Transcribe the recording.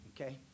Okay